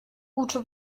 gute